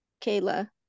Kayla